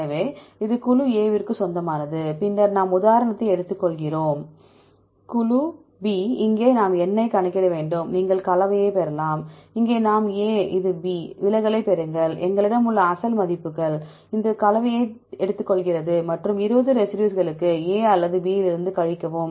எனவே இது A குழுவிற்கு சொந்தமானது பின்னர் நாம் உதாரணத்தை எடுத்துக்கொள்கிறோம் குழு B இங்கே நாம் N ஐக் கணக்கிட வேண்டும் நீங்கள் கலவையைப் பெறலாம் இங்கே நாம் இது A இது B விலகலைப் பெறுங்கள் எங்களிடம் உள்ள அசல் மதிப்புகள் இது கலவையை எடுத்துக்கொள்கிறது மற்றும் 20 ரெசிடியூஸ்களுக்கு A அல்லது B இலிருந்து கழிக்கவும்